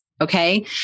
Okay